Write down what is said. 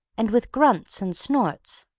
and with grunts and snorts.